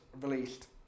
released